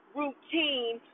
routine